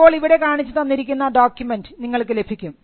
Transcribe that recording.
അപ്പോൾ ഇവിടെ കാണിച്ചു തന്നിരിക്കുന്ന ഡോക്യുമെൻറ് നിങ്ങൾക്ക് ലഭിക്കും